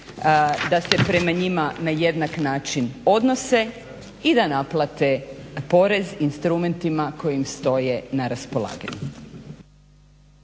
da se prema njima na jednak način odnose i da naplate porez instrumentima koji im stoje na raspolaganju.